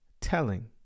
telling